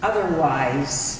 otherwise